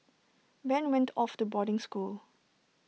Ben went off to boarding school